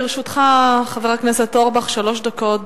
לרשותך, חבר הכנסת אורבך, שלוש דקות.